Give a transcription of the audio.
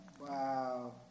Wow